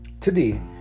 Today